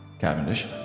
Cavendish